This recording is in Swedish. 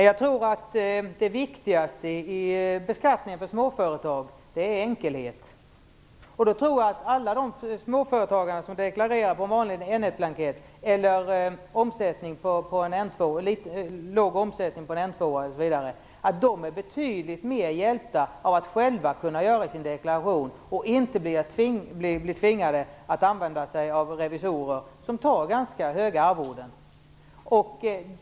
Fru talman! Det viktigaste i beskattningen för småföretag är enkelhet. Alla de småföretagare som deklarerar på en vanlig N1-blankett, eller en låg omsättning på en N2-blankett, är betydligt mer hjälpta av att själva kunna göra sin deklaration och inte bli tvingade att använda sig av revisorer, som tar ganska höga arvoden.